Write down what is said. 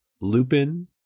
Lupin